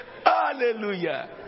Hallelujah